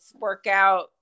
workout